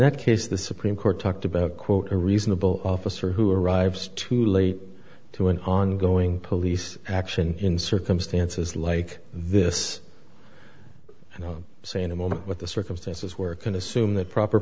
that case the supreme court talked about quote a reasonable officer who arrives too late to an ongoing police action in circumstances like this and say in a moment what the circumstances were can assume that proper